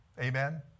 amen